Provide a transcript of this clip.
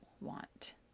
want